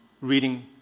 reading